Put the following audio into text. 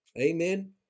Amen